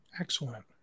Excellent